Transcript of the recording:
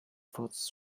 thoughts